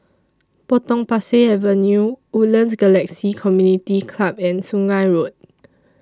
Potong Pasir Avenue Woodlands Galaxy Community Club and Sungei Road